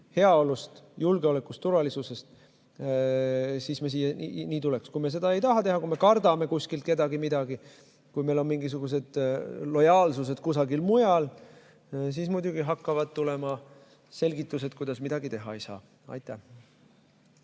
heaolust, julgeolekust, turvalisusest, siis nii tuleks teha. Kui me seda ei taha teha, kui me kardame kuskil kedagi või midagi, kui meil on mingisugused lojaalsused kusagil mujal, siis muidugi hakkavad tulema selgitused, kuidas midagi teha ei saa. Jaa,